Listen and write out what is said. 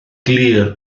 glir